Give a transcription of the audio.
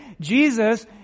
Jesus